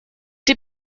die